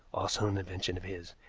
also an invention of his,